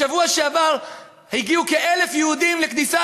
בשבוע שעבר הגיעו כ-1,000 יהודים לכניסה